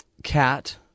cat